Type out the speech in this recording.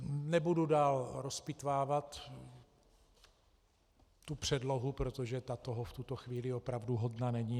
Nebudu dál rozpitvávat předlohu, protože ta toho v tuto chvíli opravdu hodna není.